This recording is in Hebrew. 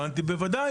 אז הבנתי בוודאי,